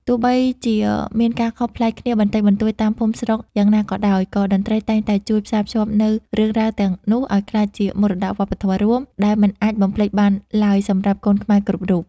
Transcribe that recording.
ទោះបីជាមានការខុសប្លែកគ្នាបន្តិចបន្តួចតាមភូមិស្រុកយ៉ាងណាក៏ដោយ ក៏តន្ត្រីតែងតែជួយផ្សារភ្ជាប់នូវរឿងរ៉ាវទាំងនោះឱ្យក្លាយជាមរតកវប្បធម៌រួម ដែលមិនអាចបំភ្លេចបានឡើយសម្រាប់កូនខ្មែរគ្រប់រូប។